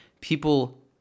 people